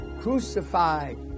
crucified